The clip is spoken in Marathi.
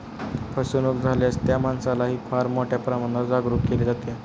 फसवणूक झाल्यास त्या माणसालाही फार मोठ्या प्रमाणावर जागरूक केले जाते